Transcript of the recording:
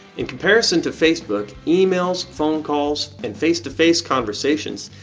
in comparison to facebook, emails, phone calls, and face-to-face conversations,